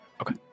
Okay